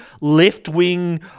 Left-wing